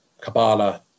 Kabbalah